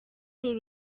uru